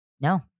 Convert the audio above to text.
No